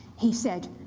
he said,